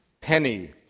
Penny